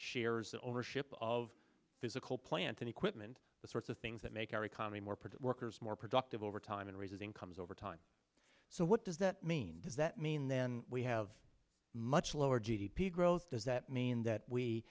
shares ownership of physical plant and equipment the sorts of things that make our economy more party workers more productive over time and raises incomes over time so what does that mean does that mean then we have much lower g d p growth does that mean that we